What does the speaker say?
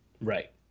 Right